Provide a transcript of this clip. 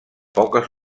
poques